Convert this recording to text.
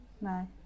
No